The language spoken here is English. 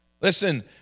Listen